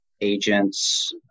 agents